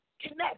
connect